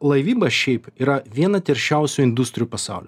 laivyba šiaip yra viena teršiausių industrijų pasauly